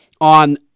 on